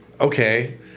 okay